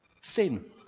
sin